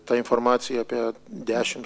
ta informacija apie dešim